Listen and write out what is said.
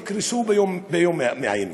יקרסו ביום מן הימים.